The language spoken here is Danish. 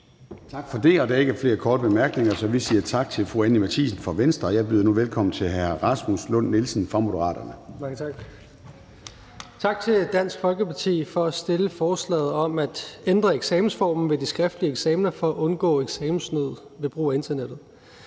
Tak for det. Der er ikke flere korte bemærkninger, så vi siger tak til fru Anni Matthiesen fra Venstre. Jeg byder nu velkommen til hr. Rasmus Lund-Nielsen fra Moderaterne. Kl. 14:27 (Ordfører) Rasmus Lund-Nielsen (M): Mange tak. Tak til Dansk Folkeparti for at fremsætte forslaget om at ændre eksamensformen ved de skriftlige eksamener for at undgå eksamenssnyd ved brug af internettet.